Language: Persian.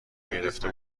گرفته